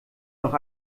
noch